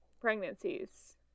pregnancies